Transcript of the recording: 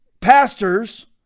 pastors